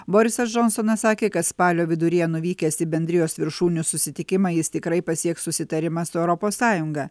borisas džonsonas sakė kad spalio viduryje nuvykęs į bendrijos viršūnių susitikimą jis tikrai pasieks susitarimą su europos sąjunga